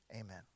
amen